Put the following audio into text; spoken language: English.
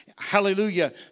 Hallelujah